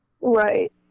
Right